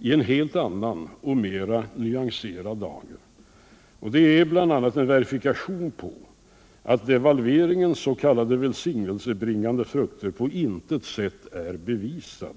i en helt annan och mera nyanserad dager, och det är bl.a. en verifikation på att devalveringens s.k. välsignelsebringande frukter på intet sätt är bevisade.